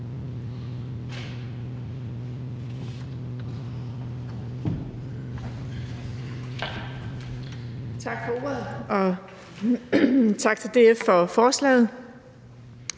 Tak for ordet, og tak til DF for forslaget.